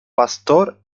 pastor